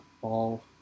ball